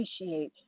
appreciate